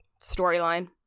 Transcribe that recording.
storyline